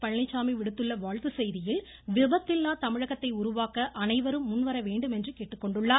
பழனிசாமி விடுத்துள்ள வாழ்த்துச் செய்தியில் விபத்தில்லா தமிழகத்தை உருவாக்க அனைவரும் முன்வரவேண்டும் என கேட்டுக்கொண்டுள்ளார்